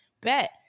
Bet